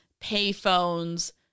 payphones